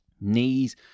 Knees